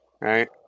Right